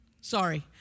sorry